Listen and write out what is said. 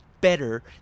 better